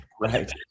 Right